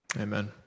Amen